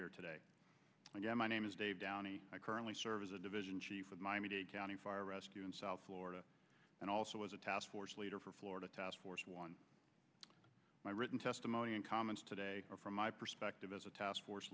here today my name is dave downey currently serve as a division chief of miami dade county fire rescue in south florida and also as a task force leader for florida task force one my written testimony and comments today from my perspective as a task force